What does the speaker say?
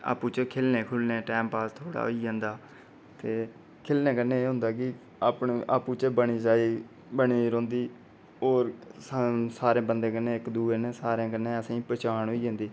आपें च खेलने खूलने टाईम पास थोह्ड़ा होई जंदा ते खेलने कन्नै एह् होंदे कि आपूं चे बनी बनी दी रौंह्दी होर सारे बंदें कन्नै इक दूए कन्नै असें पैह्चान होई जंदी